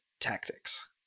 tactics